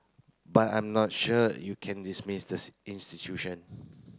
but I'm not sure you can dismiss the institution